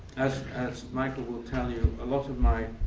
as as michael will tell you, a lot of my